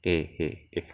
eh eh eh